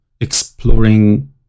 Exploring